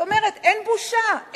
זאת אומרת, אין בושה.